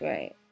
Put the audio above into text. Right